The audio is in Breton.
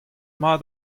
mañ